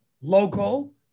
local